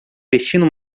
vestindo